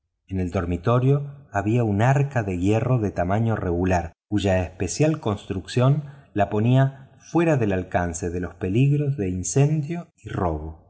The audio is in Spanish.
en el dormitorio había un arca de hierro de tamaño regular cuya especial construcción la ponía fuera del alcance de los peligros de incendio y robo